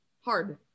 hard